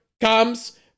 comes